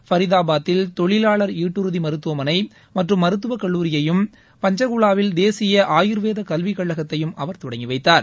ஃபரிதாபாத்தில் தொழிலாளர் ஈட்டுறுதி மருத்துவமனை மற்றும் மருத்துவக்கல்லூரியையும் பஞ்சகுலாவில் தேசிய ஆயுர்வேத கல்விக்கழகத்தையும் அவர் தொடங்கிவைத்தார்